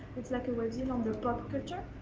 it's like a webzine on pop culture.